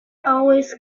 always